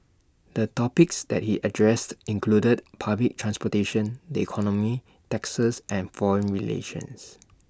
the topics that he addressed included public transportation the economy taxes and foreign relations